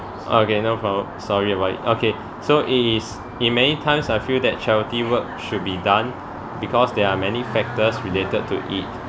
okay no problem sorry about it okay so it is in many times I feel that charity work should be done because there are many factors related to it